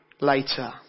later